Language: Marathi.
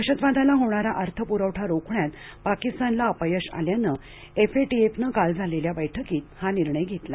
दहशतवादाला होणारा अर्थ पुरवठा रोखण्यात पाकिस्तानला अपयश आल्यानं एफएटीएफनं काल झालेल्या बैठकीत हा निर्णय घेतला